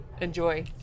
enjoy